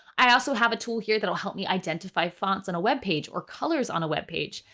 i also have a tool here that will help me identify fonts on a web page or colors on a web page.